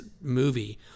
movie